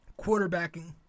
quarterbacking